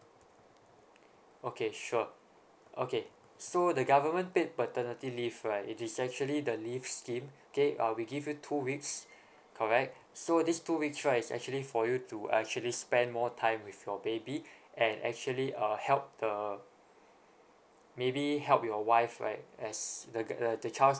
okay sure okay so the government paid paternity leave right it is actually the leave scheme okay uh we give you two weeks correct so these two weeks right is actually for you to actually spend more time with your baby and actually uh help the maybe help your wife right as the uh the child's